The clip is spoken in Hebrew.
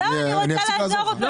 אני אפסיק לעזור לך.